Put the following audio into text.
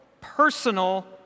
personal